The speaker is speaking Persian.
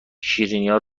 شیرینیا